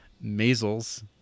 measles